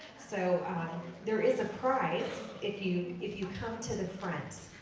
so there is a prize if you if you come to the front.